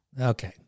Okay